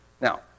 Now